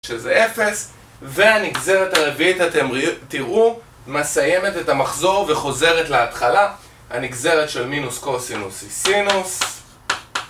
שזה 0, והנגזרת הרביעית אתם תראו מסיימת את המחזור וחוזרת להתחלה, הנגזרת של מינוס קוסינוס היא סינוס.